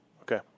okay